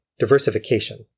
Diversification